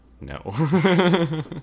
no